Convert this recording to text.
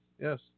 Yes